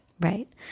Right